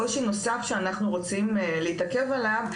קושי נוסף שאנחנו רוצים להתעכב עליו,